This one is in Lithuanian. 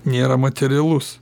nėra materialus